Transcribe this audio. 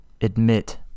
admit